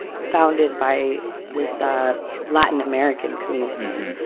founded by this ah latin american communities,